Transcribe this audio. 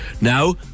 Now